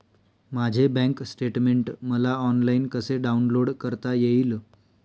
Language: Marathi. माझे बँक स्टेटमेन्ट मला ऑनलाईन कसे डाउनलोड करता येईल?